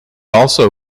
also